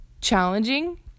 challenging